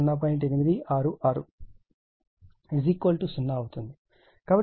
866 0 అవుతుంది